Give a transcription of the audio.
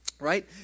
right